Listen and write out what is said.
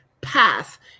path